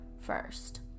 first